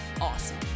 awesome